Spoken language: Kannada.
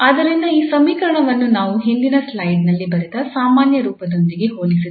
ಆದ್ದರಿಂದ ಈ ಸಮೀಕರಣವನ್ನು ನಾವು ಹಿಂದಿನ ಸ್ಲೈಡ್ನಲ್ಲಿ ಬರೆದ ಸಾಮಾನ್ಯ ರೂಪದೊಂದಿಗೆ ಹೋಲಿಸಿದರೆ